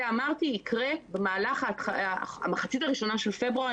אמרתי שזה יקרה במחצית הראשונה של פברואר,